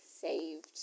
saved